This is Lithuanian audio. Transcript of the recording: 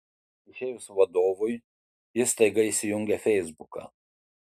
išėjus vadovui jis staiga įsijungia feisbuką